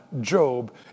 Job